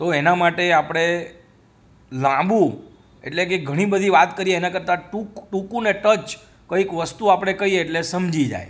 તો એના માટે આપણે લાંબુ એટલે કે ઘણી બધી વાત કરીએ એના કરતાં ટૂંક ટૂંકુ અને ટચ કંઈક વસ્તુ આપણે કહીએ એટલે સમજી જાય